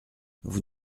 vous